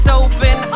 open